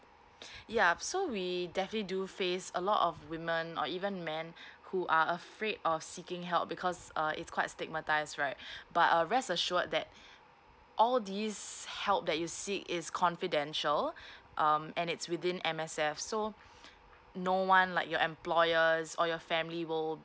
yup so we definitely do face a lot of women or even men who are afraid of seeking help because uh it's quite stigmatised right but uh rest assured that all these help that you seek is confidential um and it's within M_S_F so no one like your employers or your family will